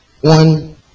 one